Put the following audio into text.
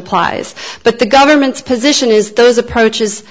applies but the government's position is those approaches